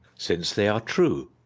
since they are true.